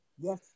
yes